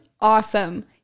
awesome